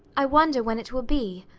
i wonder when it will be.